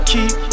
Keep